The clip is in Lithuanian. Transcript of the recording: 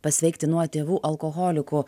pasveikti nuo tėvų alkoholikų